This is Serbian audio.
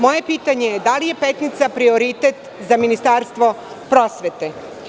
Moje pitanje je – da li je Petnica prioritet za Ministarstvo prosvete.